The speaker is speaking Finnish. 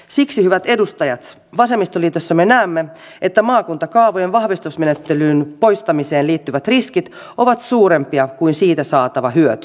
siksi hyvät edustajat vasemmistoliitossa me näemme että maakuntakaavojen vahvistusmenettelyn poistamiseen liittyvät riskit ovat suurempia kuin siitä saatava hyöty